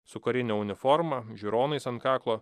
su karine uniforma žiūronais ant kaklo